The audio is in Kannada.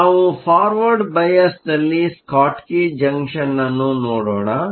ಆದ್ದರಿಂದ ನಾವು ಫಾರ್ವರ್ಡ್ ಬಯಾಸ್ದಲ್ಲಿ ಸ್ಕಾಟ್ಕಿ ಜಂಕ್ಷನ್ ನ್ನು ನೋಡೋಣ